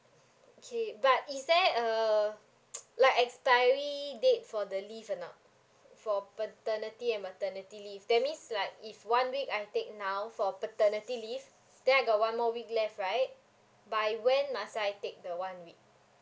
okay but is there uh like expiry date for the leave or not for paternity and maternity leave that means like if one week I take now for paternity leave then I got one more week left right by when must I take the one week